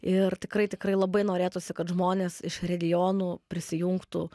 ir tikrai tikrai labai norėtųsi kad žmonės iš regionų prisijungtų